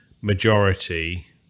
majority